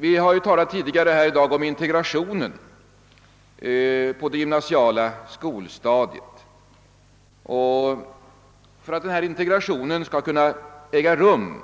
Vi har tidigare i dag talat om integrationen på det gymnasiala skolstadiet, och för att denna integration skall kunna äga rum